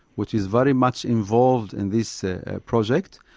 which is very much involved in this project,